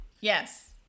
Yes